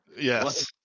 Yes